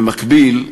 במקביל,